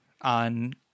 on